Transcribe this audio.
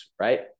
right